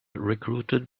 recruited